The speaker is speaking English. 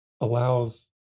allows